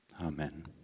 Amen